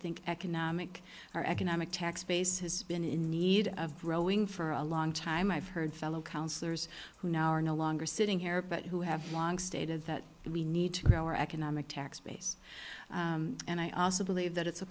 think economic our economic tax base has been in need of growing for a long time i've heard fellow councilors who now are no longer sitting here but who have long stated that we need to grow our economic tax base and i also believe that it's